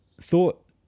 thought